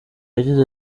yagize